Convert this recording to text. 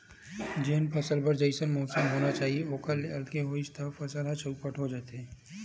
जेन फसल बर जइसन मउसम होना चाही ओखर ले अलगे होइस त फसल ह चउपट हो जाथे